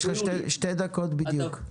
יש לך שתי דקות בדיוק.